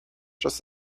just